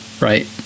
right